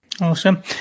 Awesome